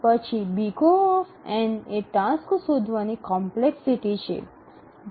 પછી O એ task શોધવાની કોમ્પલેકસીટી છે